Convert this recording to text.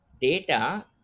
data